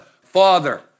father